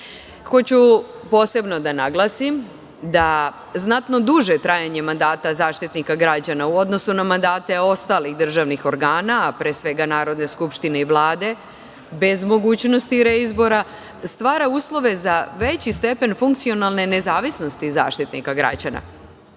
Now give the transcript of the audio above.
posebno da naglasim da znatno duže trajanje mandata Zaštitnika građana u odnosu na mandate ostalih državnih organa, a pre svega Narodne skupštine i Vlade, bez mogućnosti reizbora, stvara uslove za veći stepen funkcionalne nezavisnosti Zaštitnika građana. Treće,